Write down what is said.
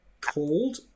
called